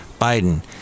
Biden